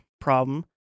problem